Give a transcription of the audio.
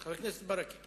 חבר הכנסת ברכה,